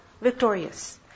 victorious